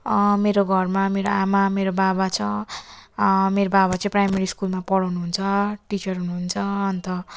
मेरो घरमा मेरो आमा मेरो बाबा छ मेरो बाबा चाहिँ प्राइमरी स्कुलमा पढाउनुहुन्छ टिचर हुनुहुन्छ अन्त